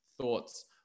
thoughts